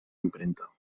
impremta